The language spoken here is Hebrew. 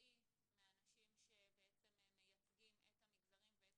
מקצועי מהאנשים שבעצם מייצגים את המגזרים ואת